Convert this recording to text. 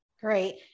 Great